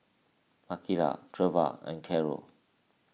Makaila Treva and Carol